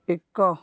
ଏକ